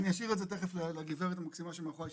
אני אשאיר את זה לגברת המקסימה שיושבת מאחוריי,